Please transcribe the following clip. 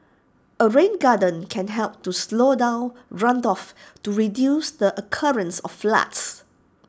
A rain garden can help to slow down runoffs to reduce the occurrence of floods